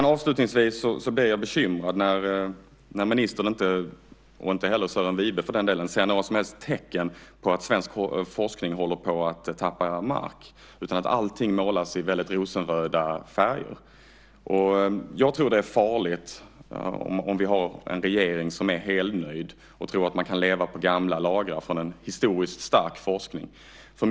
Avslutningsvis blir jag bekymrad när inte ministern, och inte heller Sören Wibe tidigare för den delen, ser några som helst tecken på att svensk forskning håller på att tappa mark. Allting målas i väldigt rosenröda färger. Jag tror att det är farligt om vi har en regering som är helnöjd och tror att man kan leva på gamla lagrar från historiskt stark forskning.